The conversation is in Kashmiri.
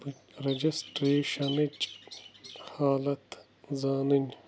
رَجَسٹریشنٕچحالت زانٕنۍ